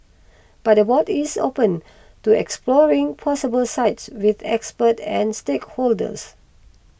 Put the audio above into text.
but the board is open to exploring possible sites with experts and stakeholders